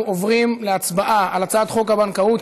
אנחנו עוברים להצבעה על הצעת חוק הבנקאות.